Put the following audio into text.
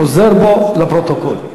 חוזר בו, לפרוטוקול.